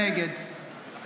נגד